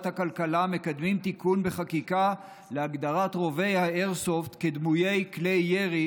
הכלכלה מקדמים תיקון חקיקה להגדרת רובי האיירסופט כדמוי כלי ירי,